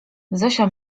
zosia